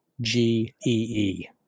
G-E-E